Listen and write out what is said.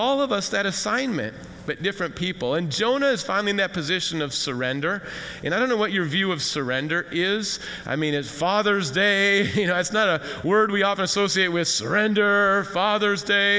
all of us that assignment but different people and jonah is fine in that position of surrender and i don't know what your view of surrender is i mean it's father's day you know it's not a word we often associate with surrender father's day